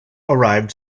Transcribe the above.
arrived